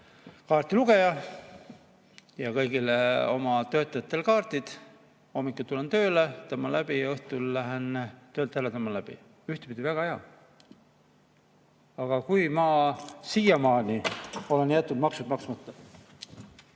kaardilugeja ja kõigile oma töötajatele kaardid. Hommikul tulen tööle, tõmban läbi, ja õhtul lähen töölt ära, tõmban läbi. Ühtpidi väga hea. Aga kui siiamaani on jäetud maksud maksmata